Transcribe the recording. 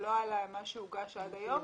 ולא על מה שהוגש עד היום,